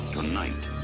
Tonight